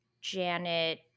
Janet